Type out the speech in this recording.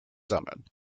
sammeln